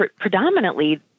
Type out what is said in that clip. predominantly